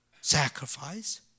sacrifice